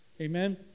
Amen